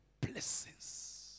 Blessings